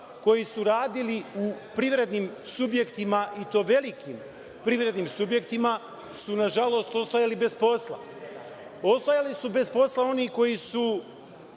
koji su radili u privrednim subjektima, i to velikim privrednim subjektima, su nažalost ostajali bez posla. Ostajali su bez posla oni koji su,